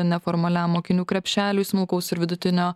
neformaliam mokinių krepšeliui smulkaus ir vidutinio